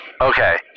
Okay